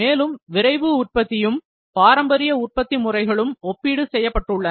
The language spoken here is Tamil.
மேலும் விரைவு உற்பத்தியும் பாரம்பரிய உற்பத்தி முறைகளும் ஒப்பீடு செய்யப் பட்டுள்ளன